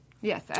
yes